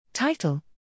Title